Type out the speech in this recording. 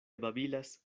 babilas